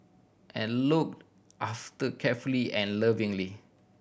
and look after carefully and lovingly